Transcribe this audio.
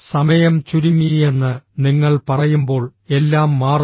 സമയം ചുരുങ്ങിയെന്ന് നിങ്ങൾ പറയുമ്പോൾ എല്ലാം മാറുന്നു